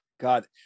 god